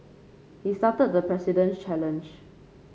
he started the President's challenge